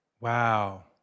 Wow